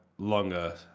longer